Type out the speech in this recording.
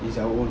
is our own